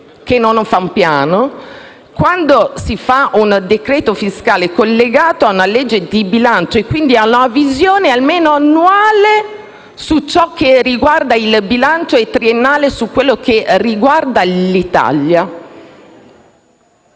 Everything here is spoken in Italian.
che non fa un piano. Quando si approva un decreto-legge fiscale collegato a una legge di bilancio e, quindi, a una visione almeno annuale su ciò che riguarda il bilancio e triennale su ciò che riguarda l'Italia,